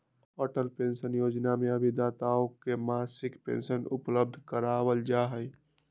Atal pension योजना में अभिदाताओं के मासिक पेंशन उपलब्ध करावल जाहई